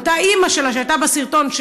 ואותה אימא שלה שהייתה בסרטון,